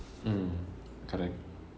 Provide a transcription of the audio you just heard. mm correct